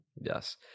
Yes